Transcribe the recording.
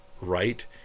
right